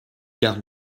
car